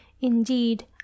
indeed